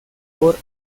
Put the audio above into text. por